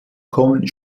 kommen